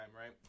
right